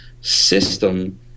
system